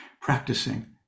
practicing